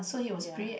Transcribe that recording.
ya